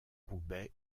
roubaix